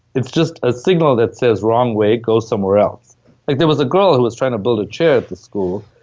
it's just a signal that says wrong way, go somewhere else like there was a girl who was trying to build a chair at the school,